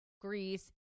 Greece